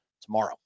tomorrow